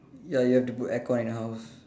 ya you have to put aircon at your house